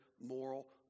moral